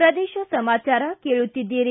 ಪ್ರದೇಶ ಸಮಾಚಾರ ಕೇಳುತ್ತೀದ್ದಿರಿ